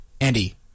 Andy